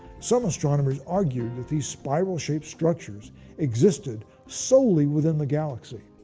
some astronomers argued that these spiral-shaped structures existed solely within the galaxy,